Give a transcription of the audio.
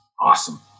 awesome